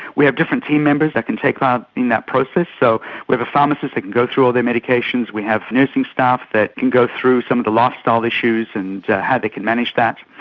we have different team members that can take part um in that process. so we have a pharmacist that can go through all their medications, we have nursing staff that can go through some of the lifestyle issues and how they can manage that.